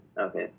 okay